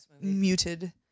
muted